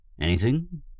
Anything